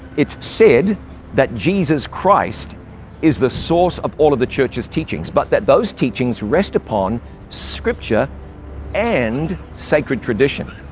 it's said that jesus christ is the source of all of the church's teachings, but that those teachings rest upon scripture and sacred tradition.